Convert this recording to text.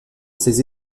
ses